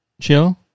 chill